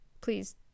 Please